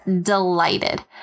delighted